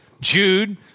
Jude